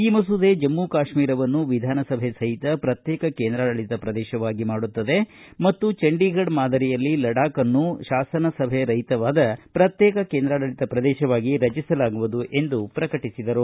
ಈ ಮಸೂದೆ ಜಮ್ಮ ಕಾಶ್ಮೀರವನ್ನು ವಿಧಾನಸಭೆ ಸಹಿತ ಪ್ರತ್ಯೇಕ ಕೇಂದ್ರಾಡಳಿತ ಪ್ರದೇಶವಾಗಿ ಮಾಡುತ್ತದೆ ಮತ್ತು ಚಂಡಿಗಢ ಮಾದರಿಯಲ್ಲಿ ಲಡಾಖ್ ಅನ್ನು ತಾಸನಸಭೆ ರಹಿತವಾದ ಪ್ರತ್ಯೇಕ ಕೇಂದ್ರಾಡಳಿತ ಪ್ರದೇಶವಾಗಿ ರಚಿಸಲಾಗುವುದು ಎಂದು ಪ್ರಕಟಿಸಿದರು